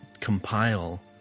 compile